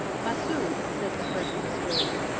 massoud, says the persian historian,